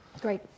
Great